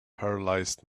paralysed